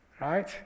right